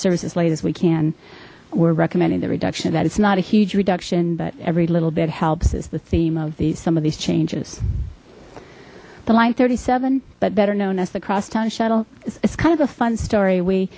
service as late as we can we're recommending the reduction that it's not a huge reduction but every little bit helps is the theme of the some of these changes the line thirty seven but better known as the crosstown shuttle it's kind of a fun story we